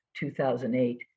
2008